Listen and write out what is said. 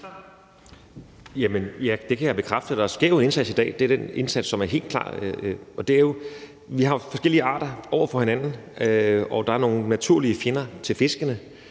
det kan jeg bekræfte. Der er en skæv indsats i dag. Vi har jo forskellige arter over for hinanden, og der er nogle naturlige fjender af fiskene.